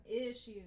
issues